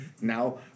now